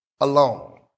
alone